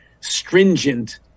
stringent